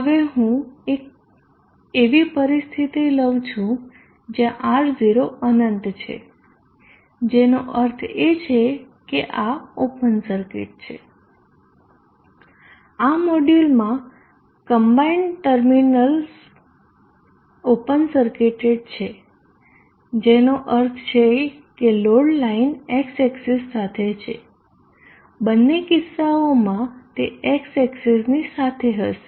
હવે હું એક એવી પરિસ્થિતિ લઉં છું જ્યાં R0 અનંત છે જેનો અર્થ છે કે આ ઓપન સર્કિટ છે આ મોડ્યુલના કમ્બાઈન્ડ ટર્મિનલ્સ ઓપન સર્કિટેડ છે જેનો અર્થ છે કે લોડ લાઇન x એક્સીસ સાથે છે બંને કિસ્સાઓમાં તે x એક્સીસ ની સાથે હશે